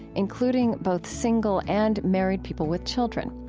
including both single and married people with children.